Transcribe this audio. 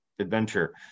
adventure